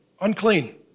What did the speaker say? unclean